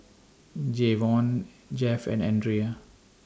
Jayvon Jeff and Andrea